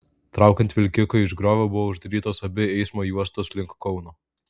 traukiant vilkiką iš griovio buvo uždarytos abi eismo juostos link kauno